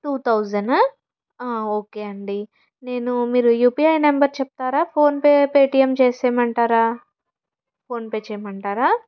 two thousand okay అండి నేను మీరు యూపీఐ నంబర్ చెప్తారా ఫోన్పే పేటీఎం చేసేయమంటారా ఫోన్పే చేయమంటారా